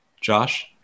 Josh